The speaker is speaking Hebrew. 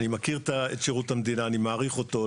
אני מכיר את שירות המדינה, אני מעריך אותו.